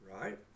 right